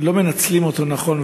לא מנצלים נכון.